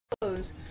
close